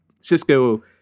Cisco